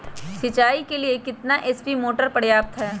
सिंचाई के लिए कितना एच.पी मोटर पर्याप्त है?